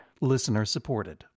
listener-supported